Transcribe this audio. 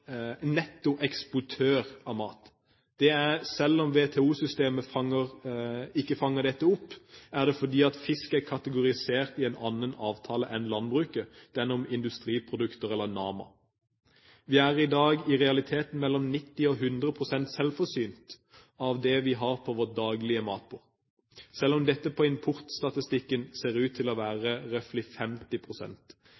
nettoeksportør av mat, selv om WTO-systemet ikke fanger dette opp fordi fisk er kategorisert i en annen avtale enn landbruket, den om industriprodukter – NAMA. Vi er i dag i realiteten mellom 90 og 100 pst. selvforsynt av det vi har på vårt daglige matbord, selv om dette på importstatistikken ser ut til å